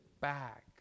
back